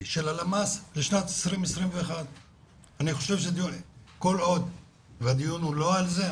של הלמ"ס לשנת 2021. אני חושב שכל עוד שהדיון הוא לא על זה,